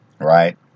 right